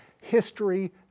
History